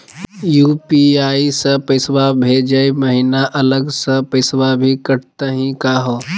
UPI स पैसवा भेजै महिना अलग स पैसवा भी कटतही का हो?